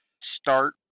Start